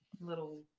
little